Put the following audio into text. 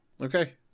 Okay